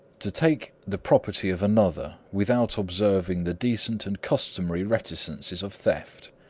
to take the property of another without observing the decent and customary reticences of theft.